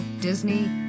Disney